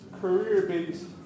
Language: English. career-based